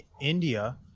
india